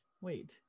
wait